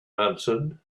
answered